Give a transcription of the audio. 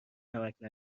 نمکـ